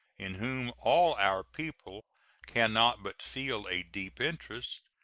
in whom all our people can not but feel a deep interest,